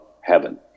heaven